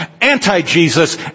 anti-jesus